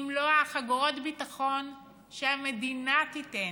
אם לא חגורות הביטחון שהמדינה תיתן,